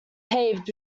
paved